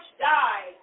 died